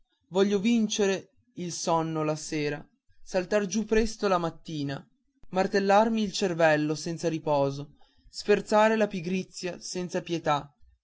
voglio vincere il sonno la sera saltar giù presto la mattina martellarmi il cervello senza riposo sferzare la pigrizia senza pietà